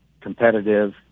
competitive